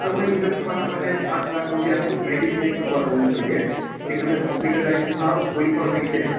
સમય મુજબ તમારા માટે પાંચ લાખ રૂપિયાનું મેડિક્લેમ કવર હોવું જોઇએ કે તમે હોસ્પિટલાઇઝ થાઓ કોઈ પણ રીતે